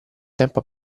tempo